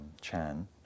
Chan